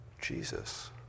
Jesus